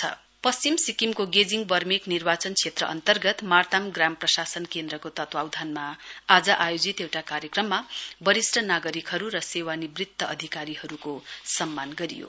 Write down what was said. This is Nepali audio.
मार्ताम लोकनाथ शर्मा पश्चिम सिक्किमको गेजिङ बर्मेक निर्वाचन क्षेत्र अन्तर्गत मार्ताम ग्राम प्रशासन केन्द्रको तत्वावधानमा आज आयोजित एउटा कार्यक्रममा वरिष्ट नागरिकहरू र सेवानिवृत्र अधिकारीहरूलाई सम्मान गरियो